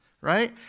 Right